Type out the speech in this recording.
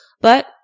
but-